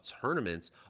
tournaments